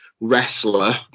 wrestler